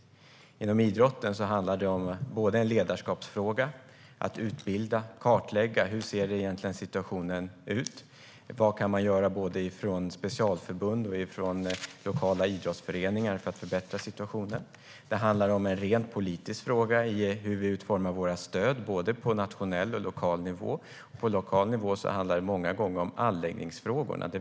Inom idrotten handlar det om en ledarskapsfråga, om att utbilda och kartlägga hur situationen egentligen ser ut och om vad man kan göra från både specialförbund och lokala idrottsföreningar för att förbättra situationen. Det är en rent politisk fråga som rör hur vi utformar våra stöd på nationell och lokal nivå. På lokal nivå handlar det många gånger om anläggningsfrågorna.